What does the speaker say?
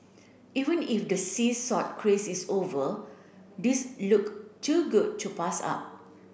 even if the sea salt craze is over these look too good to pass up